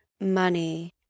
money